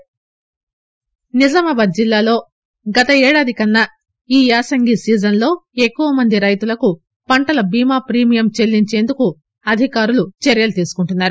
ఫసల్ భీమా నిజామాబాద్ జిల్లాలో గత ఏడాది కన్సా ఈ యాసంగి సీజన్ లో ఎక్కువ మంది రైతులకు పంటల బీమా ప్రీమియం చెల్లించేందుకు అధికారులు చర్యలు తీసుకుంటున్నారు